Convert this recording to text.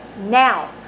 now